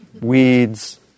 Weeds